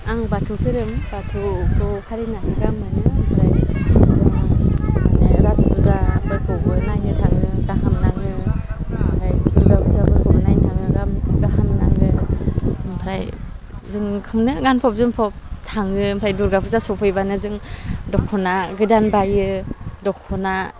आं बाथौ दोहोरोम बाथौखौ फालिनानै गाहाम मोनो ओमफ्राय जोङो माने रास फुजा फोरखौबो नायनो थाङो गाहाम नाङो ओमफ्राय दुर्गा फुजाफोरखौबो नायनो थाङो गाहाम गाहाम नाङो ओमफ्राय जों खोबनो गानफब जोमफब थाङो ओमफ्राय दुर्गा फुजा सफैबानाे जों दख'ना गोदान बायो दख'ना